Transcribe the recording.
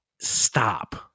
stop